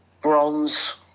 bronze